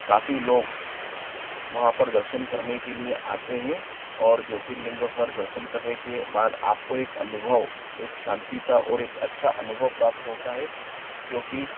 काफ़ी लोग वहाँ पे दर्शन करने के लिए आते हैं और ज्योतिर्लिंग पर दर्शन करने के बाद आपको एक अनुभव एक शांति का और एक अच्छा अनुभव प्राप्त होता है जो कि